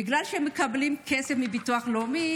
בגלל שהם מקבלים את הכסף מביטוח לאומי,